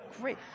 Great